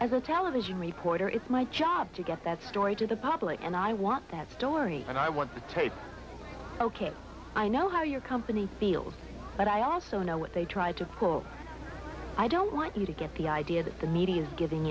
a television reporter it's my job to get that story to the public and i want that story and i want the tape ok i know how your company field but i also know what they tried to call i don't want you to get the idea that the media is giving